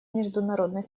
международной